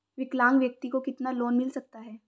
विकलांग व्यक्ति को कितना लोंन मिल सकता है?